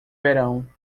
verão